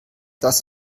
das